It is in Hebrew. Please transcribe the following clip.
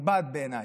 מכובד בעיניי,